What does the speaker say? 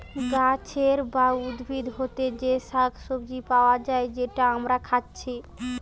গাছের বা উদ্ভিদ হোতে যে শাক সবজি পায়া যায় যেটা আমরা খাচ্ছি